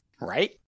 Right